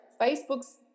Facebook's